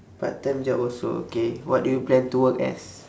part-time job also okay what do you plan to work as